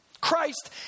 Christ